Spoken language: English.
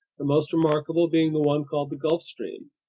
the most remarkable being the one called the gulf stream.